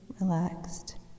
relaxed